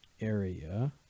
area